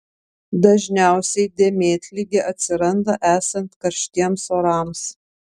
dažniausiai dėmėtligė atsiranda esant karštiems orams